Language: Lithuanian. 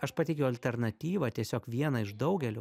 aš pateikiau alternatyvą tiesiog vieną iš daugelio